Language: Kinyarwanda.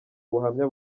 ubuhamya